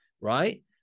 right